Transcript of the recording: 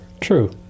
True